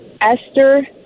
Esther